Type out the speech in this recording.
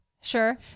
Sure